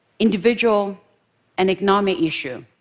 individual and economic issue?